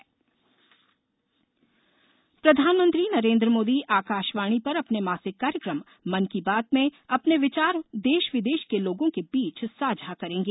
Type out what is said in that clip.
मन की बात प्रधानमंत्री नरेंद्र मोदी आकाशवाणी पर अपने मासिक कार्यक्रम मन की बात में अपने विचार देश विदेश के लोगों के बीच साझा करेंगे